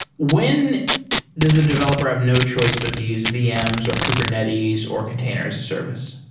when does the developer have no choice but to use vms, or kubernetes, or container as a service?